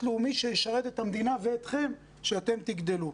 לאומי שישרת את המדינה ואתכם כאשר אתם תגדלו.